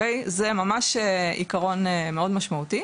זה ממש עיקרון מאוד משמעותי.